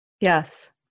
Yes